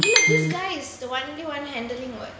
ya lah this guy is the only one handling [what]